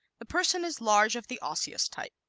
the person is large of the osseous type.